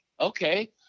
okay